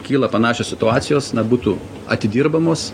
kyla panašios situacijos na būtų atidirbamos